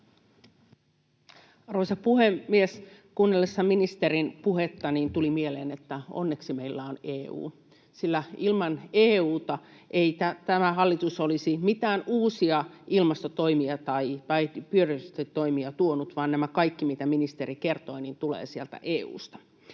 Arvoisa puhemies! Kuunnellessa ministerin puhetta tuli mieleen, että onneksi meillä on EU, sillä ilman EU:ta ei tämä hallitus olisi mitään uusia ilmastotoimia tai biodiversiteettitoimia tuonut, vaan nämä kaikki, mitä ministeri kertoi, tulevat sieltä EU:sta.